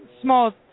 small